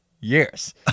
years